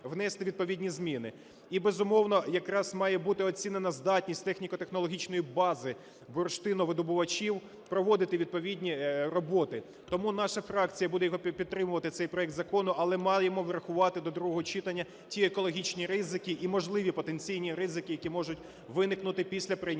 внести відповідні зміни. І, безумовно, якраз має бути оцінена здатність техніко-технологічної бази бурштиновидобувачів проводити відповідні роботи. Тому наша фракція буде його підтримувати, цей проект закону, але маємо врахувати до другого читання ті екологічні ризики і можливі потенційні ризики, які можуть виникнути після прийняття